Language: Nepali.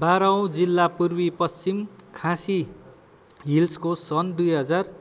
बाह्रौँ जिल्ला पूर्वी पश्चिम खासी हिल्सको सन् दुई हजार